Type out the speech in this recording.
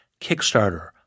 Kickstarter